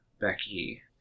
Becky